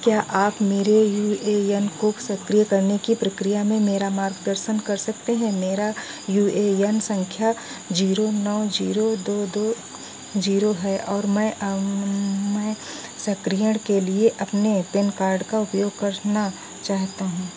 क्या आप मेरे यू ए एन को सक्रिय करने की प्रक्रिया में मेरा मार्गदर्शन कर सकते हैं मेरा यू ए एन सँख्या ज़ीरो नौ ज़ीरो दो दो ज़ीरो है और मैं मैं सक्रियण के लिए अपने पैन कार्ड का उपयोग करना चाहता हूँ